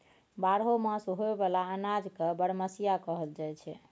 बारहो मास होए बला अनाज के बरमसिया कहल जाई छै